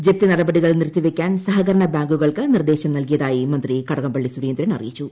ജപ്തി നടപടികൾ നിർത്തിവയ്ക്കാൻ സഹകരണ ബാങ്കുകൾക്ക് നിർദ്ദേശം നൽകിയതായി മന്ത്രി കടകംപള്ളി സുരേന്ദ്രൻ അറിയിച്ചു